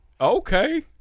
Okay